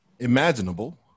Imaginable